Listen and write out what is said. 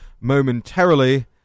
momentarily